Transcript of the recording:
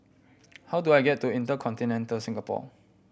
how do I get to InterContinental Singapore